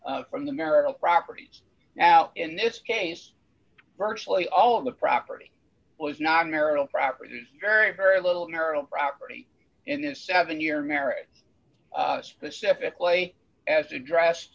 from the marital properties now in this case virtually all of the property was not marital property used very very little marital property in this seven year marriage specifically as addressed